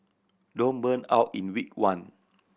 don't burn out in week one